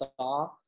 saw